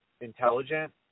intelligent